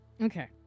okay